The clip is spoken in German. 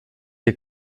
die